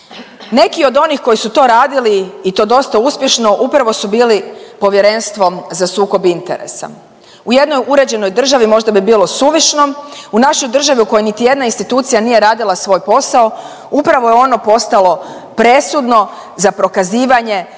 Neki od onih koji su to radili i to dosta uspješno upravo su bili Povjerenstvo za sukob interesa. U jednoj uređenoj državi možda bi bilo suvišno, u našoj državi u kojoj niti jedna institucija nije radila svoj posao upravo je ono postalo presudno za prokazivanje